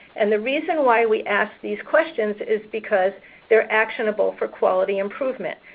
and the reason why we ask these questions is because they're actionable for quality improvement.